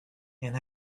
and